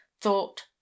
Thought